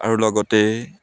আৰু লগতে